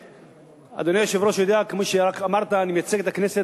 ואדוני אמר שאני מייצג את הכנסת